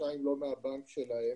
מהבנק שלהם